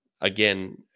again